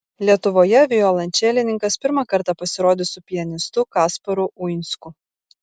lietuvoje violončelininkas pirmą kartą pasirodys su pianistu kasparu uinsku